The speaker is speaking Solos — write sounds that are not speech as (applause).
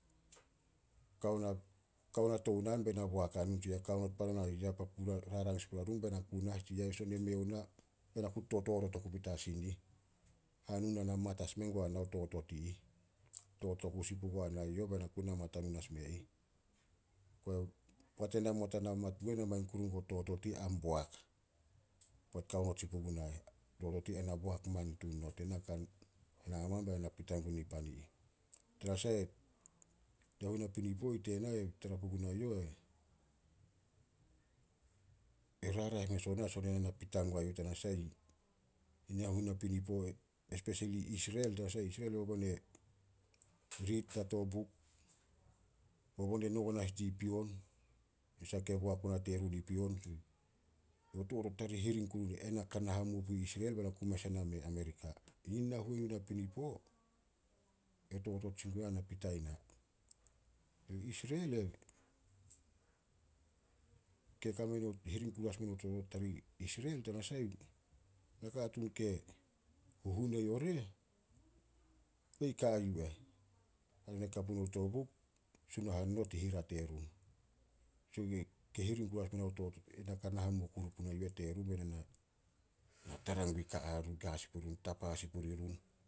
(hesitation) Kao na tou naan be na boak hanun tsi yah, kao not pan o na ih papu (hesitation) rang sin puria run be na ku nah tsi yah. Son e mei o na, be na ku tototot oku petas sin ih. Hanun, ana mat as menguana totot i ih. Totot oku sin puguna youh be na ku na mat hanun as me ih. (hesitation) (unintelligible) Mangin kuru guo totot i ih a boak, poat kao not sin puguna eh. Totot i ih ana boak man tun not. Ena kan (hesitation) na hamaman be na na pita gun pan i ih. Tanasah (unintelligible) nahuenu napinipo i ih tena tara puguna youh, (unintelligible) e raraeh mes ona son ena na pita guai youh tanasah (unintelligible) nahuenu napinipo (hesitation) espesoli Isrel tanasah i Isrel bobon e (hesitation) (noise) riit dia to buk, bobon e nongon as di pion, nasah ke boak ona terun i pion, (unintelligible) o totot tarih hiring kuru (unintelligible) ena ka na hamuo pui Isrel be na ku mes e na meh Amerika. Yi nahuenu napinipo, ke totot sin guna na pita i na. I Isrel e (hesitation) ke (unintelligible) hiring kuru as meno totot tarih Isrel tanasah nakatuun ke huhunei oriah, (unintelligible) ka a yu eh. Hare ne ka punouh to buk, Sunahan not i rihat yerun. (unintelligible) Ke hiring kuru as meno (unintelligible) ena ka na hamuo kuru puna eh terun be na na, (noise) tara gun ka arun, ka sin puri run, tapa sin puri run